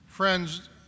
Friends